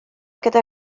gyda